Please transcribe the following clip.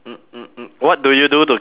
what do you do to keep fit